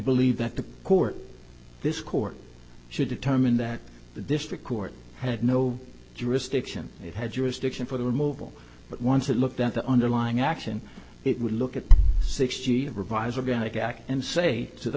believe that the court this court should determine that the district court had no jurisdiction it had jurisdiction for the removal but once it looked at the underlying action it would look at sixty revise again it act and say to the